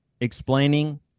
explaining